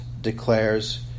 declares